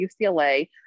UCLA